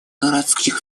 городских